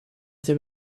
there